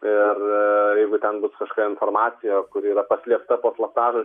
ir jeigu ten bus kažkokia informacija kuri yra paslėpta po slaptažodžiais